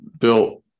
built